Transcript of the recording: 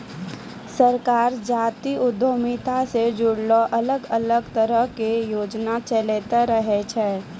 सरकार जातीय उद्यमिता से जुड़लो अलग अलग तरहो के योजना चलैंते रहै छै